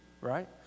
right